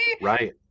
right